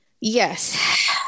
Yes